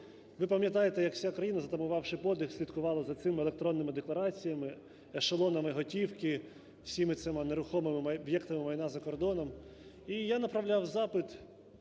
Ви пам'ятаєте, як вся країна, затамувавши подих, слідкувала за цими електронними деклараціями, ешелонами готівки, всіма цими нерухомими об'єктами майна за кордоном. І я направляв запит